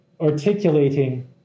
articulating